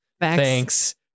Thanks